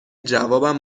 جوابم